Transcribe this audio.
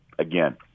Again